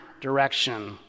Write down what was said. direction